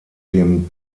dem